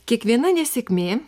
kiekviena nesėkmė